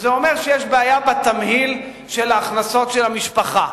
זה אומר שיש בעיה בתמהיל של הכנסות המשפחה,